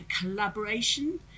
collaboration